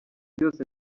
byose